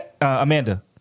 Amanda